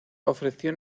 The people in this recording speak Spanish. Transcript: ofreció